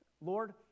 Lord